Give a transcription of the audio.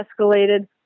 escalated